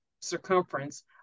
circumference